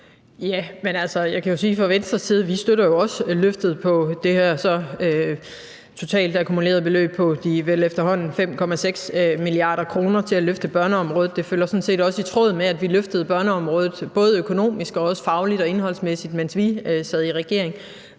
Jeg kan jo sige, at vi fra Venstres side også støtter løftet på det her totalt akkumulerede beløb på de vel efterhånden 5,6 mia. kr. til børneområdet. Det ligger sådan set også i tråd med, at vi løftede børneområdet både økonomisk og også fagligt og indholdsmæssigt, mens vi sad i regering,